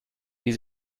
wie